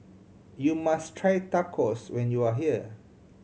you must try Tacos when you are here